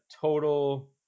total